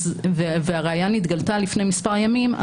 והראיה נתגלתה לפני מספר ימים,